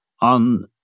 on